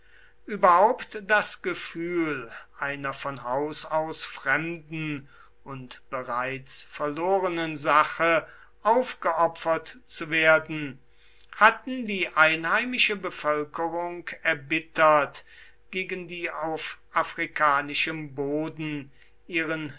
überhaupt das gefühl einer von haus aus fremden und bereits verlorenen sache aufgeopfert zu werden hatten die einheimische bevölkerung erbittert gegen die auf afrikanischem boden ihren